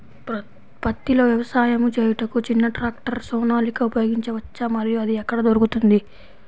పత్తిలో వ్యవసాయము చేయుటకు చిన్న ట్రాక్టర్ సోనాలిక ఉపయోగించవచ్చా మరియు అది ఎక్కడ దొరుకుతుంది?